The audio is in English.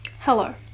Hello